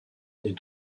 des